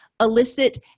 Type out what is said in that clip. elicit